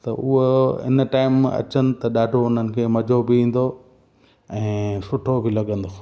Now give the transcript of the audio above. त उहो in time अचनि त ॾाढो हुननि खे मज़ो बि ईंदो ऐं सुठो बि लॻंदो